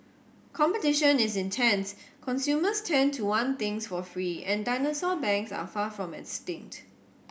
competition is intense consumers tend to want things for free and dinosaur banks are far from extinct